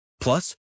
Plus